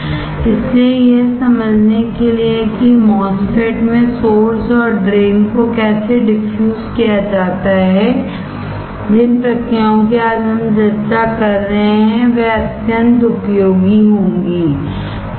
इसलिए यह समझने के लिए कि MOSFET में सोर्स और ड्रेन को कैसे डिफ्यूज किया जाता हैजिन प्रक्रियाओं की आज हम चर्चा कर रहे हैं वह अत्यंत उपयोगी होगा ठीक है